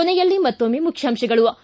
ಕೊನೆಯಲ್ಲಿ ಮತ್ತೊಮ್ಮೆ ಮುಖ್ಯಾಂಶಗಳು